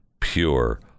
pure